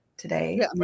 today